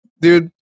dude